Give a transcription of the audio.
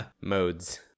modes